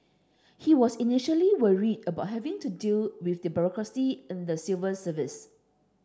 he was initially worried about having to deal with the bureaucracy in the civil service